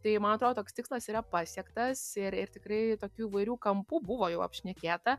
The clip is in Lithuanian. tai man atrodo toks tikslas yra pasiektas ir ir tikrai tokių įvairių kampų buvo jau apšnekėta